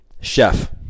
chef